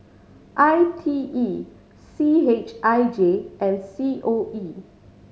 I T E C H I J and C O E